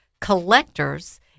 collectors